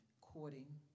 courting